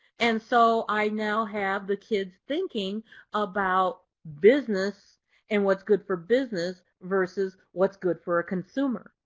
and so i now have the kids thinking about business and what's good for business versus what's good for a consumer.